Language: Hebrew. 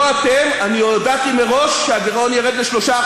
אני הודעתי מראש שהגירעון ירד ל-3%,